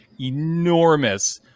enormous